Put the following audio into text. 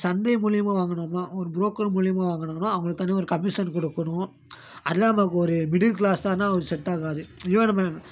சந்தை மூலியமாக வாங்கினோம்னா ஒரு ப்ரோக்கர் மூலியமாக வாங்கினோம்னா அவங்களுக்கு தனியாக ஒரு கமிஷன் கொடுக்கணும் அதுவும் இல்லாமல் நமக்கு ஒரு மிடில் க்ளாஸ் தான்னா அது செட்டாகாது இதுவே நம்ம